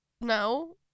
no